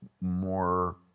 more